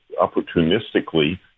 opportunistically